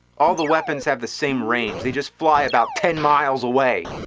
all the weapons have the same range, they just fly about ten miles away.